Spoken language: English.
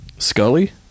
scully